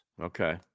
Okay